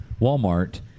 Walmart